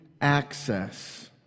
access